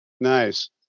Nice